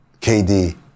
KD